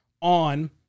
on